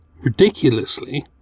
Ridiculously